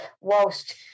whilst